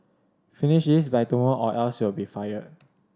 finish this by tomorrow or else you'll be fired